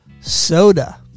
soda